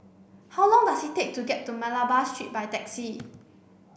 how long does it take to get to Malabar Street by taxi